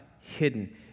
hidden